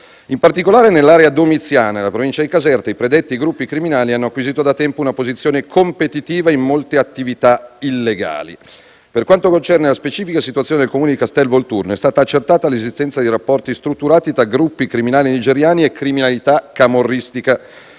In particolare nell'area domiziana, nella provincia di Caserta, i predetti gruppi criminali hanno acquisito da tempo una posizione competitiva in molte attività illegali. Per quanto concerne la specifica situazione del Comune di Castelvolturno, è stata accertata l'esistenza di rapporti strutturati tra gruppi criminali nigeriani e criminalità camorristica italiana,